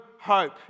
hope